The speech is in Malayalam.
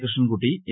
കൃഷ്ണൻകുട്ടി എ